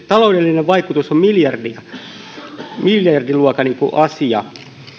taloudellinen vaikutus on miljardiluokan asia